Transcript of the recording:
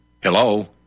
hello